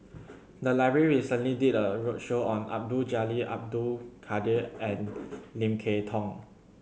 the library recently did a roadshow on Abdul Jalil Abdul Kadir and Lim Kay Tong